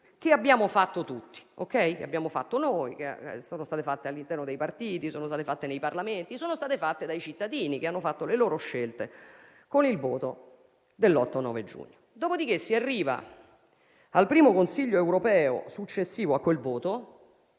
che abbiamo fatto tutti: le abbiamo fatte noi e sono state fatte all'interno dei partiti, nei Parlamenti e dai cittadini, che hanno fatto le loro scelte con il voto dell'8 e 9 giugno. Dopodiché, si arriva al primo Consiglio europeo successivo a quel voto